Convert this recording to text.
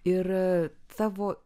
ir tavo